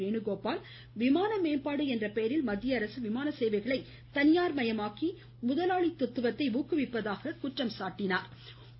வேணுகோபால் விமான மேம்பாடு என்ற பெயரில் மத்திய அரசு விமான சேவைகளை தனியார் மயமாக்கி முதலாளித்துவத்தை ஊக்குவிப்பதாக குற்றம் சாட்டியது